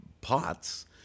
pots